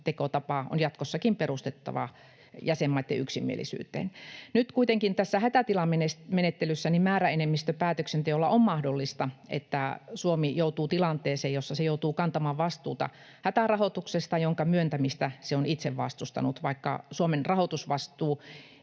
päätöksentekotapa on jatkossakin perustettava jäsenmaitten yksimielisyyteen. Nyt kuitenkin tässä hätätilamenettelyssä määräenemmistöpäätöksenteolla on mahdollista, että Suomi joutuu tilanteeseen, jossa se joutuu kantamaan vastuuta hätärahoituksesta, jonka myöntämistä se on itse vastustanut, vaikka Suomen rahoitusvastuuta